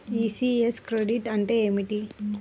ECS credit అంటే ఏమిటి?